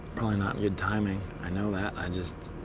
probably not good timing. i know that i just,